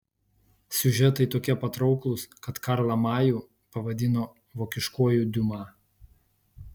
siužetai tokie patrauklūs kad karlą majų pavadino vokiškuoju diuma